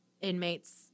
inmates